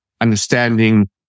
understanding